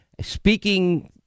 speaking